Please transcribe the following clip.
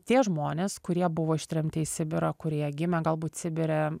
tie žmonės kurie buvo ištremti į sibirą kurie gimė galbūt sibire